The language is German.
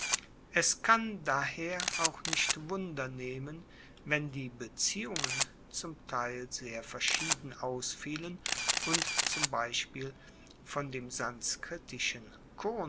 es kann daher auch nicht wundernehmen wenn die beziehungen zum teil sehr verschieden ausfielen und zum beispiel von dem sanskritischen